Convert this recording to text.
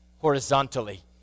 horizontally